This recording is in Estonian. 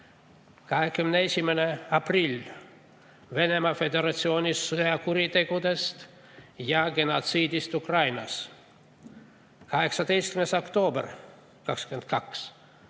21. aprill, Venemaa Föderatsiooni sõjakuritegudest ja genotsiidist Ukrainas. 18. oktoober 2022,